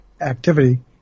activity